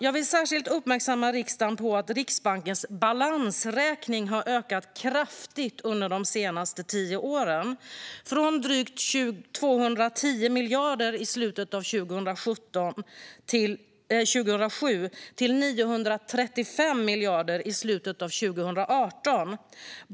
Jag vill särskilt uppmärksamma riksdagen på att Riksbankens balansräkning har ökat kraftigt under de senaste tio åren, från drygt 210 miljarder i slutet av 2007 till 935 miljarder i slutet av 2018.